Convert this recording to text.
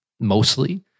mostly